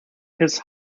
his